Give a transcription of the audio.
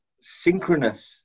synchronous